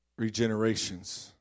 regenerations